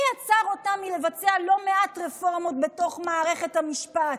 מי עצר אותם מלבצע לא מעט רפורמות בתוך מערכת המשפט?